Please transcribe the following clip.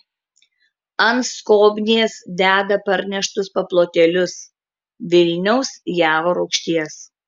ant skobnies deda parneštus paplotėlius vilniaus javo rūgšties